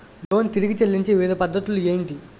Loan తిరిగి చెల్లించే వివిధ పద్ధతులు ఏంటి?